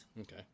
Okay